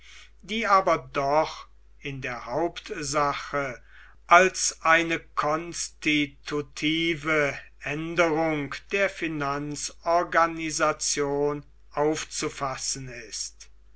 die aber doch in der hauptsache als eine konstitutive änderung der finanzorganisation aufzufassen ist